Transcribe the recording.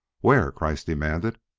where? kreiss demanded.